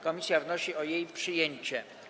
Komisja wnosi o jej przyjęcie.